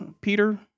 Peter